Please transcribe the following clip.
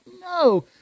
No